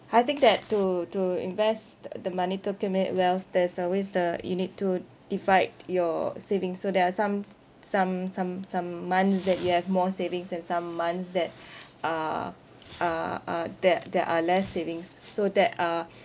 I think that to to invest the the money to accumulate wealth there's always the you need to divide your savings so there are some some some some months that you have more savings and some months that are are are that that are less savings so that uh